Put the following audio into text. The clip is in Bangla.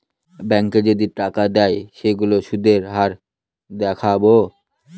ব্যাঙ্কে যদি টাকা দেয় সেইগুলোর সুধের হার দেখাবো